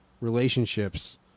relationships